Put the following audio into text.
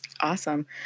Awesome